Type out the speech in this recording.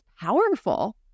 powerful